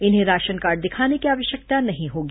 इन्हें ration card दिखाने की आवश्यकता नहीं होगी